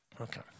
Okay